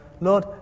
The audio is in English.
Lord